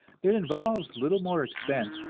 it involves little more expense,